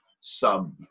sub